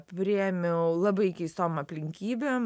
priėmiau labai keistom aplinkybėm